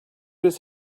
his